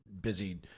busy